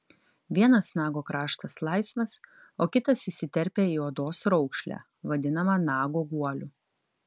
vienas nago kraštas laisvas o kitas įsiterpia į odos raukšlę vadinamą nago guoliu